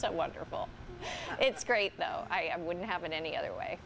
so wonderful it's great though i wouldn't have it any other way